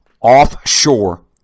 offshore